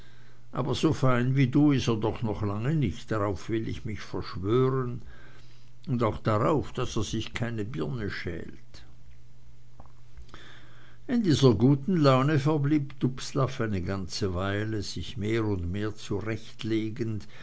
aber so fein wie du is er doch noch lange nicht darauf will ich mich verschwören und auch darauf daß er sich keine birne schält in dieser guten laune verblieb dubslav eine ganze weile sich mehr und mehr zurechtlegend